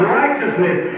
righteousness